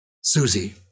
Susie